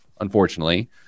unfortunately